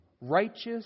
Righteous